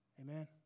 Amen